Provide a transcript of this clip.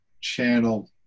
channel